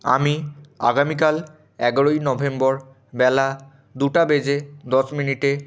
আমি আগামীকাল এগারোই নভেম্বর বেলা দুটো বেজে দশ মিনিটে